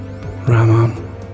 Ramon